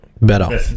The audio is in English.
better